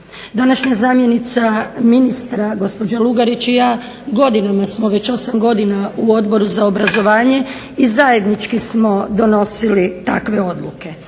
Današnja zamjenica ministra gospođa Lugarić i ja godinama smo već 8 godina u Odboru za obrazovanje i zajednički smo donosili takve odluke.